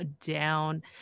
down